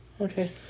Okay